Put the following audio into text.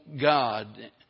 God